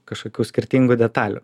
kažkokių skirtingų detalių